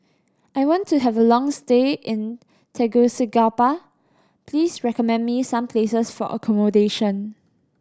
I want to have a long stay in Tegucigalpa please recommend me some places for accommodation